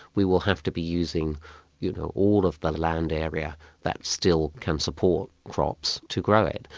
we will have to be using you know all of the land area that still can support crops to grow it.